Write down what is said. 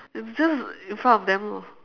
it's just in front of them lor